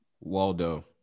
Waldo